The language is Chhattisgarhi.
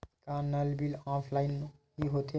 का नल बिल ऑफलाइन हि होथे?